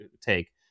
take